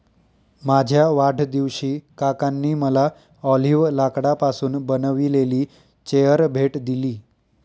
माझ्या वाढदिवशी काकांनी मला ऑलिव्ह लाकडापासून बनविलेली चेअर भेट दिली